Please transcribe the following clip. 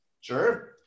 sure